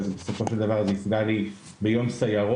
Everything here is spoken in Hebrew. אז בסופו של דבר זה יפגע לי ביום סיירות,